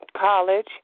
college